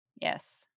Yes